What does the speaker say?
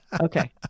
Okay